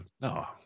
No